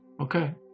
Okay